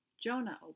Jonah